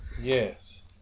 Yes